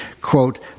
quote